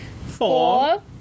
four